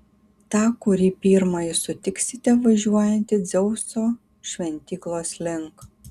tą kurį pirmąjį sutiksite važiuojantį dzeuso šventyklos link